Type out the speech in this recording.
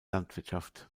landwirtschaft